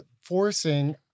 forcing